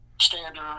standard